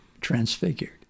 transfigured